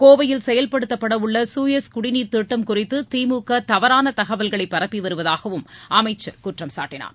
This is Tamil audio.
கோவையில் செயல்படுத்தப்படவுள்ள சூயல் குடிநீர் திட்டம் குறித்து திமுக தவறான தகவல்களை பரப்பி வருவதாகவும் அமைச்சர் குற்றம் சாட்டினார்